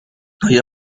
آیا